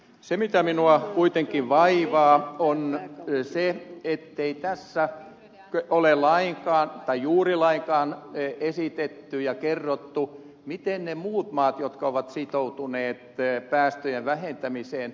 se mikä minua kuitenkin vaivaa on se ettei tässä ole juuri lainkaan esitetty ja kerrottu minkälaista ratkaisua niissä maissa haetaan jotka ovat sitoutuneet päästöjen vähentämiseen